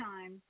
time